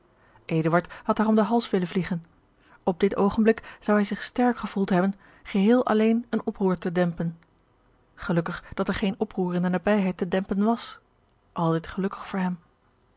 had haar om den hals willen vliegen op dit oogenblik zou hij zich sterk gevoeld hebben geheel alleen een oproer te dempen gelukkig dat er geen oproer in de nabijheid te dempen was altijd gelukkig voor hem